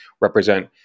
represent